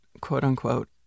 quote-unquote